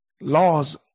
Laws